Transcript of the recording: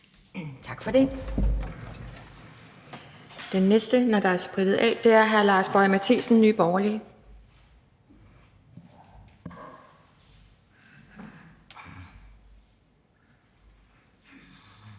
Tak for det.